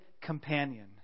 companion